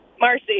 Marcy